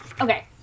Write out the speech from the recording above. okay